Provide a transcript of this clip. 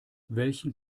welchen